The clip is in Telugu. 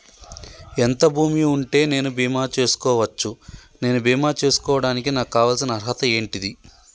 ఎంత భూమి ఉంటే నేను బీమా చేసుకోవచ్చు? నేను బీమా చేసుకోవడానికి నాకు కావాల్సిన అర్హత ఏంటిది?